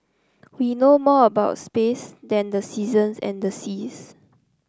we know more about space than the seasons and the seas